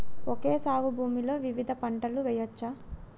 Okay సాగు భూమిలో వివిధ పంటలు వెయ్యచ్చా?